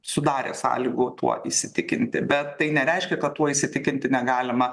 sudarė sąlygų tuo įsitikinti bet tai nereiškia kad tuo įsitikinti negalima